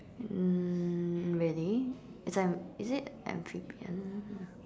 um really it's an is it amphibian